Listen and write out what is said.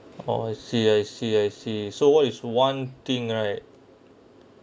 oh I see I see I see so what is one thing right